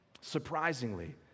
Surprisingly